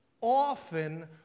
Often